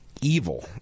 evil